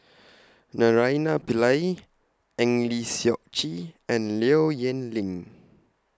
Naraina Pillai Eng Lee Seok Chee and Low Yen Ling